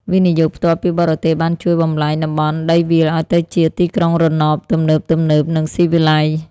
វិនិយោគផ្ទាល់ពីបរទេស បានជួយបំប្លែងតំបន់ដីវាលឱ្យទៅជា "ទីក្រុងរណប" ទំនើបៗ និងស៊ីវិល័យ។